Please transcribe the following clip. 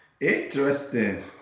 Interesting